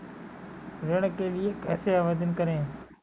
ऋण के लिए कैसे आवेदन करें?